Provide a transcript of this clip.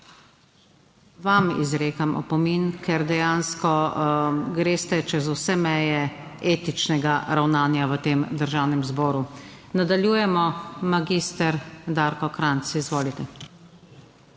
Vam izrekam opomin, ker dejansko greste čez vse meje etičnega ravnanja v tem Državnem zboru. Nadaljujemo, magister Darko Krajnc, izvolite.